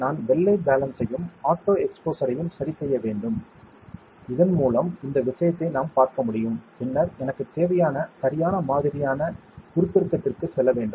நான் வெள்ளை பேலன்ஸ் ஐயும் ஆட்டோ எக்ஸ்போஷரையும் சரிசெய்ய வேண்டும் இதன் மூலம் இந்த விஷயத்தை நாம் பார்க்க முடியும் பின்னர் எனக்குத் தேவையான சரியான மாதிரியான உருப்பெருக்கத்திற்குச் செல்ல வேண்டும்